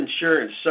insurance